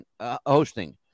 hosting